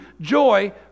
joy